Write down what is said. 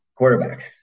Quarterbacks